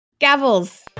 Gavels